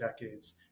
decades